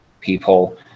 people